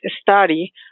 study